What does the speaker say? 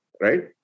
right